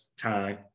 time